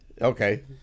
Okay